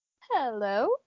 Hello